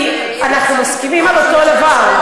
כי אנחנו מסכימים על אותו דבר.